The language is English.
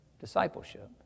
discipleship